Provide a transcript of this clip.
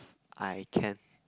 I can